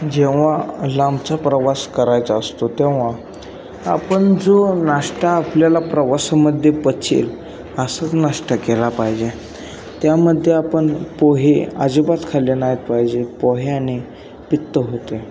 जेव्हा लांबचा प्रवास करायचा असतो तेव्हा आपण जो नाश्ता आपल्याला प्रवासमध्ये पचेल असंच नाश्ता केला पाहिजे त्यामध्ये आपण पोहे अजिबात खाल्ले नाहीत पाहिजे पोह्यांनी पित्त होते